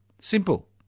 simple